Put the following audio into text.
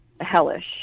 hellish